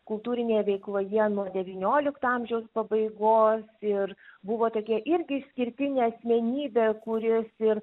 kultūrinėje veikloje nuo devyniolikto amžiaus pabaigos ir buvo tokia irgi išskirtinė asmenybė kuris ir